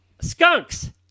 Skunks